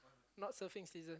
not surfing season